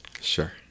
Sure